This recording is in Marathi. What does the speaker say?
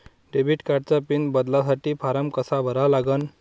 डेबिट कार्डचा पिन बदलासाठी फारम कसा भरा लागन?